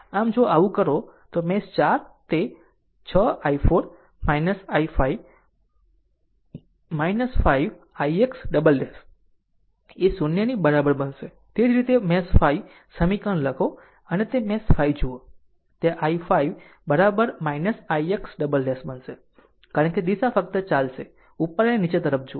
આમ જો આવું કરો તો મેશ 4 તે 6 i4 i5 5 ix " એ 0 ની બરાબર બનશે તે જ રીતે મેશ 5 સમીકરણ લખો અને તે મેશ 5 જુઓ તે i5 ix " બનશે કારણ કે દિશા ફક્ત ચાલશે ઉપર અને નીચે તરફ જુઓ